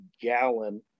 gallon